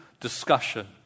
discussion